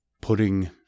putting